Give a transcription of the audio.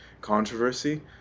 controversy